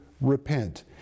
repent